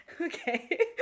okay